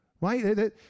Right